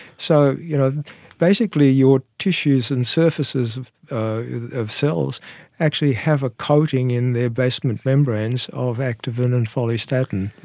so you know basically your tissues and surfaces of of cells actually have a coating in their basement membranes of activin and follistatin there.